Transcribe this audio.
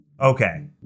Okay